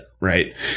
right